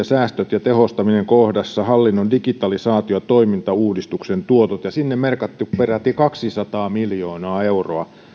säästöt ja tehostaminen kohdassa hallinnon digitalisaatio ja toimintauudistuksen tuotot ja sinne on merkattu peräti kaksisataa miljoonaa euroa